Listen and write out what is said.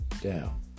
down